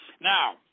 Now